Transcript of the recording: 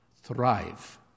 thrive